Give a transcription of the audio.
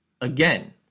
again